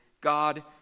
god